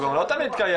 הוא גם לא תמיד קיים,